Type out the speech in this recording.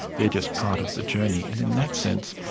they're just part of the journey. and in that sense,